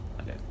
Okay